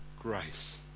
grace